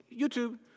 YouTube